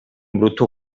brutto